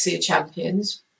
champions